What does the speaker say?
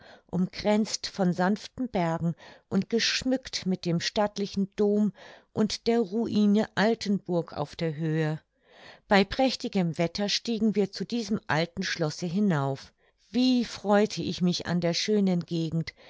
umkränzt von sanften bergen und geschmückt mit dem stattlichen dom und der ruine altenburg auf der höhe bei prächtigem wetter stiegen wir zu diesem alten schlosse hinauf wie freute ich mich an der schönen gegend